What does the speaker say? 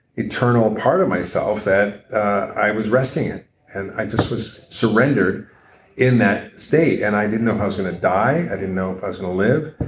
eternal part of myself that i was resting in. and i just was surrendered in that state and i didn't know if i was going to die. i didn't know if i was going to live.